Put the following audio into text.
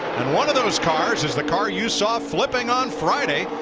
and one of those cars is the car you saw flipping on friday,